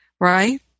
right